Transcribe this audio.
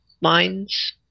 mines